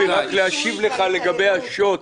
רק להשיב לגבי השו"ת.